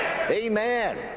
Amen